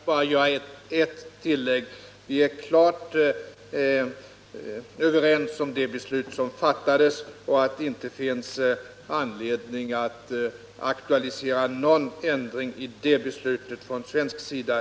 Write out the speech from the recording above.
Herr talman! Jag vill bara göra ett tillägg. Vi ansluter oss bägge klart till det beslut som fattats från svensk sida och till uppfattningen att det inte finns anledning att aktualisera någon ändring i det beslutet.